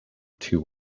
two